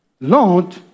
Lord